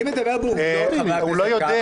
אני מדבר בעובדות, חבר הכנסת קרעי.